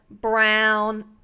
brown